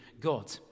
God